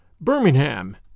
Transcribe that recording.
Birmingham